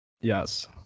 yes